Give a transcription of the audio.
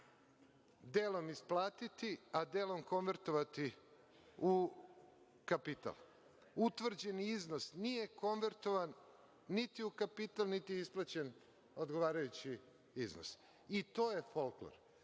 delom isplatiti, a delom konvertovati u kapital. Utvrđeni iznos nije konvertovan niti u kapital, niti je isplaćen odgovarajući iznos. To je folklor. Dva